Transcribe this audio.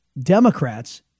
Democrats